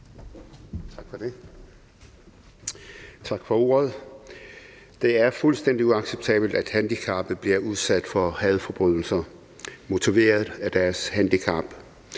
Khader (KF): Tak for ordet. Det er fuldstændig uacceptabelt, at handicappede bliver udsat for hadforbrydelser motiveret af deres handicap.